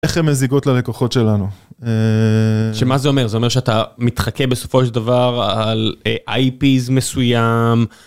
איך הן מזיגות ללקוחות שלנו? שמה זה אומר? זה אומר שאתה מתחכה בסופו של דבר על איי-פיז מסוים.